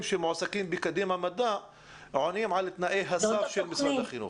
שמועסקים בקדימה מדע עונים על תנאי הסף של משרד החינוך?